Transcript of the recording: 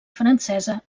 francesa